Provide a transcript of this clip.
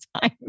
time